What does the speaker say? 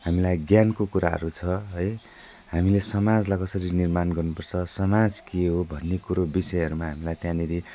हामीलाई ज्ञानको कुराहरू छ है हामीले समाजलाई कसरी निर्माण गर्नुपर्छ समाज के हो भन्ने कुरो विषयहरूमा हामीलाई त्यहाँनिर